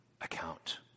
account